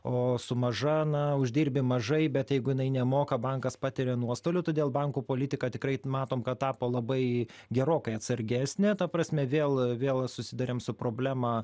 o su maža na uždirbi mažai bet jeigu jinai nemoka bankas patiria nuostolių todėl bankų politika tikrai matom kad tapo labai gerokai atsargesnė ta prasme vėl vėl susiduriam su problema